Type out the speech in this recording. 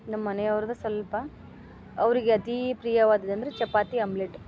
ನಮ್ಮನಿಯವ್ರದು ಸ್ವಲ್ಪ ಅವ್ರಿಗೆ ಅತೀ ಪ್ರಿಯವಾದಂದ್ರ ಚಪಾತಿ ಆಮ್ಲೆಟ್